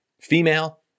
female